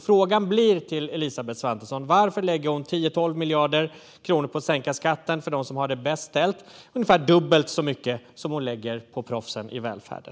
Frågan till Elisabeth Svantesson blir därför: Varför lägger hon 10-12 miljarder på att sänka skatten för dem som har det bäst ställt - ungefär dubbelt så mycket som hon lägger på proffsen i välfärden?